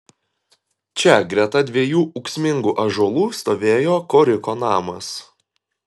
čia greta dviejų ūksmingų ąžuolų stovėjo koriko namas